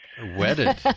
Wedded